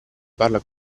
parla